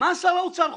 מה שר האוצר חושב?